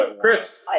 Chris